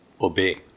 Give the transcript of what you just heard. obey